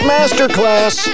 Masterclass